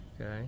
okay